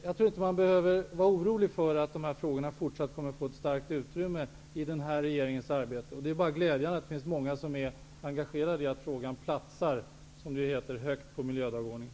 Jag tror inte att man behöver vara orolig för att dessa frågor inte skall få ett stort utrymme i denna regerings arbete i fortsättningen. Det är bara glädjande att det är många som är engagerade i att frågan platsar, som det heter, högt på miljödagordningen.